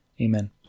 Amen